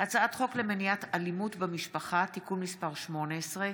הצעת חוק למניעת אלימות במשפחה (תיקון מס' 18,